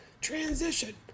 transition